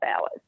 hours